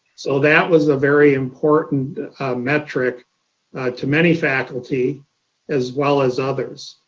so that was a very important metric to many faculty as well as others.